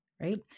Right